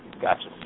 Gotcha